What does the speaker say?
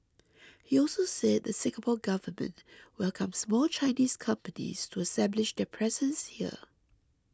he also said the Singapore Government welcomes more Chinese companies to establish their presence here